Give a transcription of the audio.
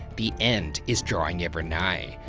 the end is drawing ever nigh.